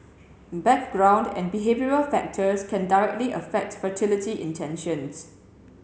background and behavioural factors can directly affect fertility intentions